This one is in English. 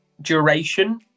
duration